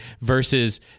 versus